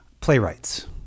playwrights